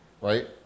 right